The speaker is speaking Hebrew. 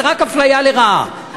זה רק אפליה לרעה,